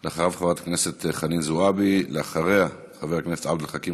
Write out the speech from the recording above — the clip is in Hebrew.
אחריו, חברת הכנסת חנין